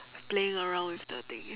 playing around with the thing